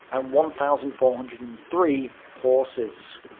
and one thousand four hundred and three horses.